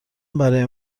برای